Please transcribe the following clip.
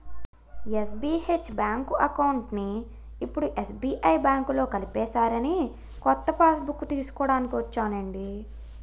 SBH bank అకౌంట్ని ఇప్పుడు SBI బాంకులో కలిపేసారని కొత్త పాస్బుక్కు తీస్కోడానికి ఒచ్చానండి